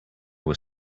were